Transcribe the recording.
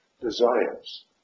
desires